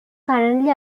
currently